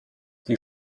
die